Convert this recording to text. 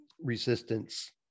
resistance